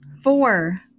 Four